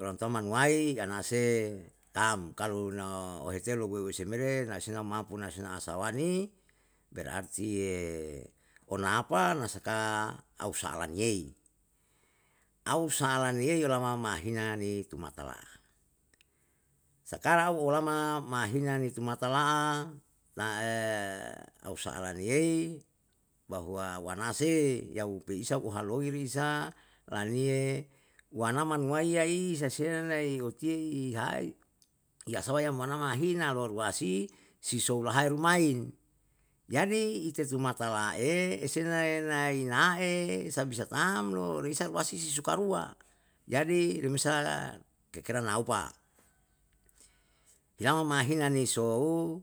ulang tahun manuwai anase tam kalu no ohete loulowe seme re na sina mampu na sina asawa ni berarti onapa asaka au salaniyei, au salaniyei yolama mahina ni tumata la'a, sakarang au oalama mahinani tumata la'a nae au asala niyei bahwa anase yau peisa uhaloi risa, laniye wanaman waiya isa si nanai otiye si hai, isawa wayam mahina lu ruasi si soulahae rumain. Jadi itr tumata la'e esenae nae nae na'e sabisa tam lo, risa ruasi suka rua, jadi remesa kekena maopa, yma mahina ni sou